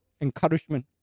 encouragement